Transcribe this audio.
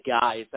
guys